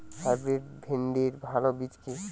Hybrid ভিন্ডির ভালো বীজ কি?